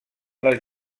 les